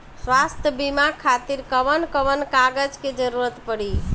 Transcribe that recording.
स्वास्थ्य बीमा खातिर कवन कवन कागज के जरुरत पड़ी?